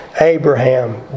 Abraham